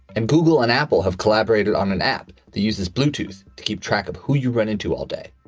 and google and apple have collaborated on an app that uses bluetooth to keep track of who you run into all day,